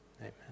Amen